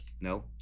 No